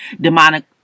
demonic